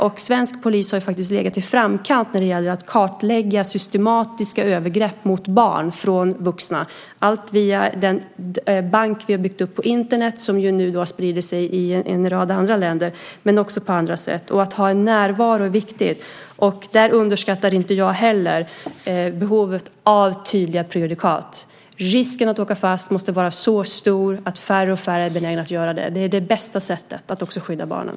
Och svensk polis har faktiskt legat i framkant när det gäller att kartlägga vuxnas systematiska övergrepp mot barn, allt via den bank som vi har byggt upp på Internet som nu har spridit sig i en rad andra länder, men också på andra sätt. Det är viktigt att ha en närvaro. Och där underskattar inte jag heller behovet av tydliga prejudikat. Risken att åka fast måste vara så stor att färre och färre är benägna att göra det. Det är det bästa sättet att också skydda barnen.